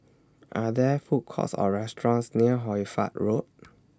Are There Food Courts Or restaurants near Hoy Fatt Road